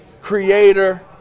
creator